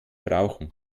brauchen